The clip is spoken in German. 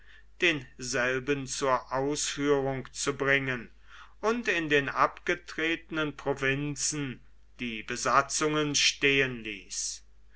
denselben zur ausführung zu bringen und in den abgetretenen provinzen die besatzungen stehen